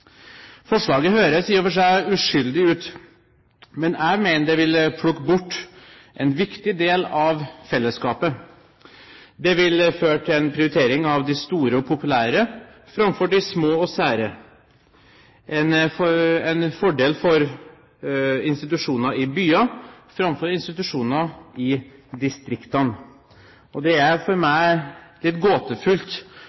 Forslaget høres i og for seg uskyldig ut, men jeg mener det vil plukke bort en viktig del av fellesskapet. Det vil føre til en prioritering av de store og populære framfor de små og sære, en fordel for institusjoner i byer framfor institusjoner i distriktene. Det er for